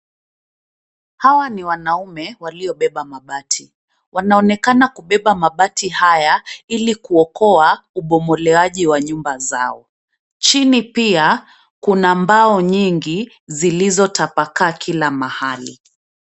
Hawa ni wanaume waliobeba mabati, wanaonekana kubeba mabati haya ili kuokoa ubomolewaji wa nyumba zao. Chini pia kuna mbao nyingi zilizotapakaa kila mahali.